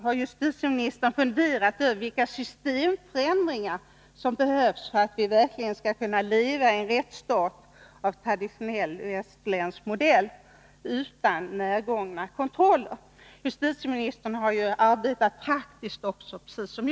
Har justitieministern funderat över vilka systemförändringar som behövs för att vi verkligen skall kunna leva i en rättsstat av traditionell västerländsk modell utan närgångna kontroller? Justitieministern har ju precis som jag arbetat praktiskt innan politiken tog över.